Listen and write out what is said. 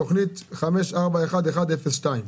תוכנית 541102,